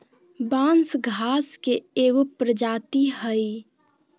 बांस घास के एगो प्रजाती हइ